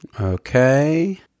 Okay